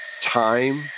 time